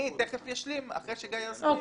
אני תיכף אשלים, אחרי שגיא יסביר.